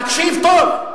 תקשיב טוב.